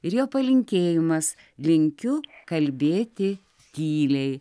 ir jo palinkėjimas linkiu kalbėti tyliai